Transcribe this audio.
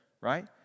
right